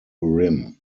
rim